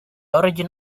origin